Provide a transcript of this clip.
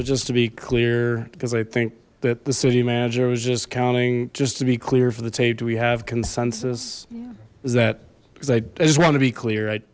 but just to be clear because i think that the city manager was just counting just to be clear for the tape do we have consensus is that because i just want to be clear i